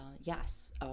yes